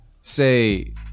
say